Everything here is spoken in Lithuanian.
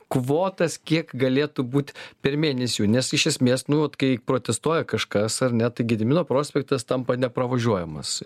kvotas kiek galėtų būti per mėnesį jų nes iš esmės nu vat kai protestuoja kažkas ar net gedimino prospektas tampa nepravažiuojamas